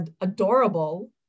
adorable